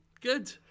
Good